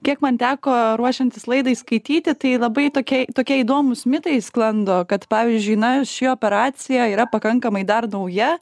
kiek man teko ruošiantis laidai skaityti tai labai tokie tokie įdomūs mitai sklando kad pavyzdžiui na ši operacija yra pakankamai dar nauja